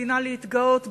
מדינה להתגאות בה,